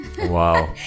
Wow